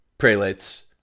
prelates